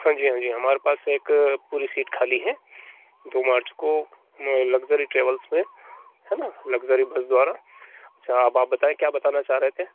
हाँ जी हाँ जी हमारे पास एक पूरी सीट खाली है दो मार्च को लक्जरी ट्रेवल्स में है ना लक्जरी बस द्वारा अच्छा अब आप बताए क्या बताना चाह रहे थे